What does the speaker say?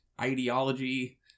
ideology